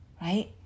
right